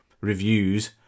reviews